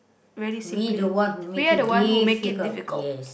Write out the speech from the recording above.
very simply we are the one who make it difficult